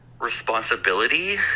responsibility